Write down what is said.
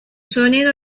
sonido